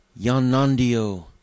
yanandio